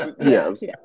Yes